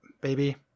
baby